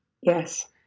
yes